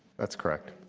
that's correct.